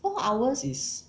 four hours is